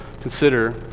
consider